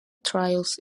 trials